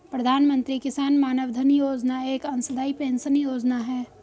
प्रधानमंत्री किसान मानधन योजना एक अंशदाई पेंशन योजना है